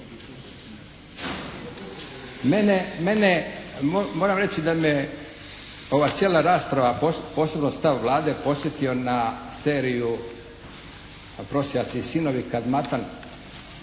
mene, moram reći da me ova cijela rasprava posebno stav Vlade podsjetio na seriju "Prosjaci i sinovi" kad Matan